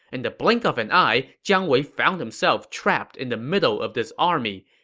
and the blink of an eye, jiang wei found himself trapped in the middle of this army.